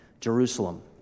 Jerusalem